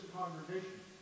congregation